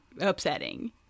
upsetting